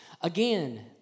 again